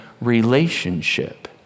relationship